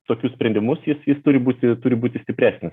tokius sprendimus jis jis turi būti turi būti stipresnis